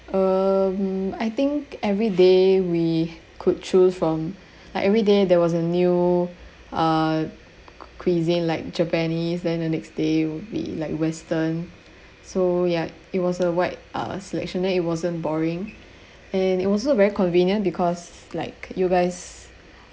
um I think every day we could choose from like every day there was a new uh cuisine like japanese then the next day would be like western so ya it was a wide uh selection then it wasn't boring and it was also very convenient because like you guys